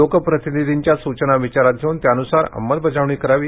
लोकप्रतिनिधींच्या सूचना विचारात घेऊन त्यानुसार अंमलबजावणी करावी